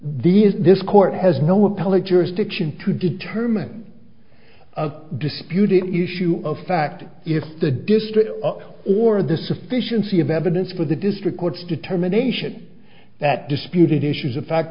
these this court has no appellate jurisdiction to determine disputed issue of fact it's the district or the sufficiency of evidence for the district court's determination that disputed issues of fact